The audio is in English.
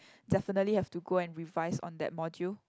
definitely have to go and revise on that module